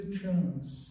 chance